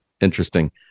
interesting